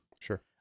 Sure